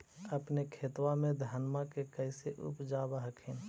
अपने खेतबा मे धन्मा के कैसे उपजाब हखिन?